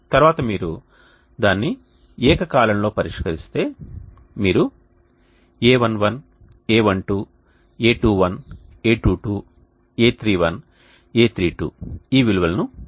తర్వాత మీరు దాన్ని ఏకకాలంలో పరిష్కరిస్తే మీరు a11 a12a21a22a31a32 విలువలను పొందుతారు